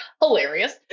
Hilarious